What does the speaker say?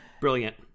Brilliant